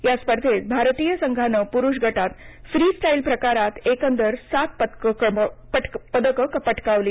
या स्पर्धेत भारतीय संघानं पुरुष गटात फ्री स्टाईल प्रकारात एकंदर सात पदके पटकावली